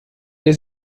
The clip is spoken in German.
der